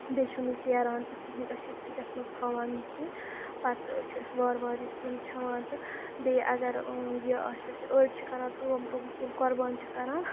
بیٚیہِ چھُنہٕ یہِ پھیران تہِ کِہینۍ نہٕ أسۍ چھِ فرِجَس منٛز تھاوان سیُن پَتہٕ چھِ أسۍ وارٕ وارٕ یہِ سیُن کھٮ۪وان تہٕ بیٚیہِ اَگر یہِ آسیس أڑۍ چھِ کران کٲم تِم ییٚلہِ قۄربان چھِ کران